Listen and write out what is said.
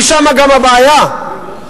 כי הבעיה גם שם.